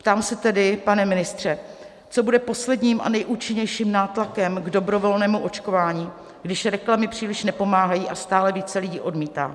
Ptám se tedy, pane ministře, co bude posledním a nejúčinnějším nátlakem k dobrovolnému očkování, když reklamy příliš nepomáhají a stále více lidí odmítá.